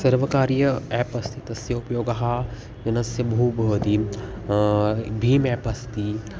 सर्वकारीय याप् अस्ति तस्य उपयोगः जनस्य बहु भवति भीम् याप् अस्ति